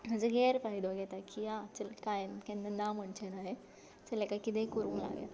म्हजो गैर फायदो घेता की हां चल काय ना केन्ना ना म्हणचें ना हें कितेंय करूंक लावया